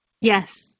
Yes